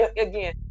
again